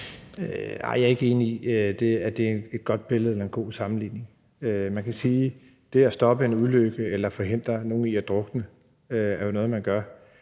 jeg er ikke enig i, at det er et godt billede eller en god sammenligning. Man kan sige, at det at stoppe en ulykke eller forhindre nogen i at drukne, jo er noget, man gør.